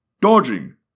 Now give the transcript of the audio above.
dodging